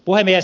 puhemies